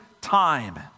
time